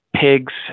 pigs